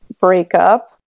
breakup